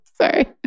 Sorry